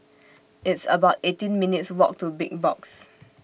It's about eighteen minutes' Walk to Big Box